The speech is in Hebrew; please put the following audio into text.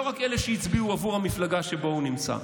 לא רק לאלה שהצביעו עבור המפלגה שבה הוא נמצא.